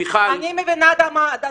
מיכל, מה זה עוזר שאת צועקת?